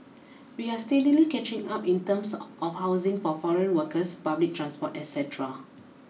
we are steadily catching up in terms of housing for foreign workers public transport et cetera